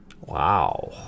Wow